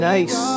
Nice